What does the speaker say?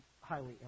highly